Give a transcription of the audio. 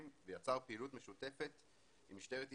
ויצר פעילות משותפת עם משטרת ישראל,